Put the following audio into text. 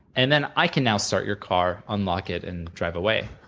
and then, i can now start your car, unlock it, and drive away.